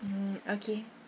mm okay